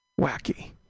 wacky